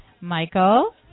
Michael